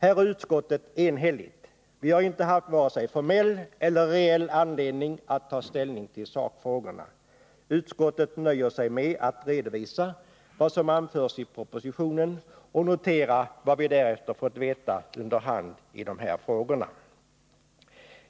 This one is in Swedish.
Här är utskottet enhälligt: vi har inte haft vare sig formell eller reell anledning att ta ställning till sakfrågorna. Utskottet nöjer sig med att redovisa vad som anförs i propositionen och noterar vad vi därefter fått veta under hand i de här frågorna.